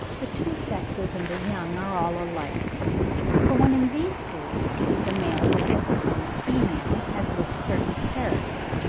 the two sexes and the young are all alike for when in these groups the male does differ from the female, as with certain parrots,